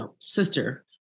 sister